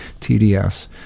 TDS